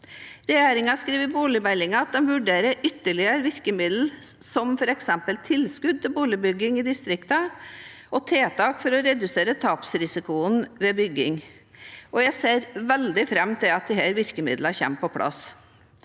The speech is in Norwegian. Regjeringen skriver i boligmeldingen at de vurderer ytterligere virkemidler, som f.eks. tilskudd til boligbygging i distriktene og tiltak for å redusere tapsrisikoen ved bygging. Jeg ser veldig fram til at disse virkemidlene kommer på plass.